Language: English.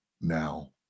now